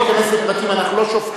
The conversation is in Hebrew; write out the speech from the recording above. לא,